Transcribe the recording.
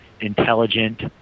intelligent